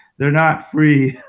they are not free.